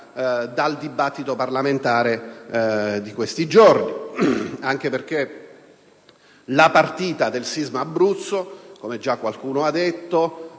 del dibattito parlamentare di questi giorni. La partita del sisma dell'Abruzzo - come già qualcuno ha detto